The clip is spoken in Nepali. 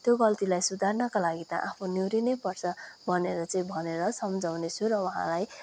त्यो गल्तीलाई स्विकार्नका लागि त आफू निहुरिनै पर्छ भनेर चाहिँ भनेर सम्झाउनेछु र उहाँलाई